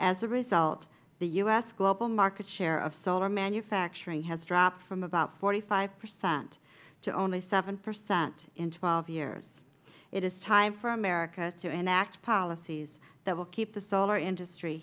as a result the u s global market share of solar manufacturing has dropped from about forty five percent to only seven percent in twelve years it is time for america to enact policies that will keep the solar industry